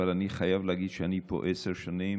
אבל אני חייב להגיד שאני פה עשר שנים